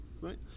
right